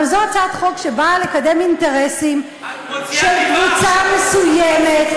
אבל זו הצעת חוק שנועדה לקדם אינטרסים של קבוצה מסוימת,